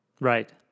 Right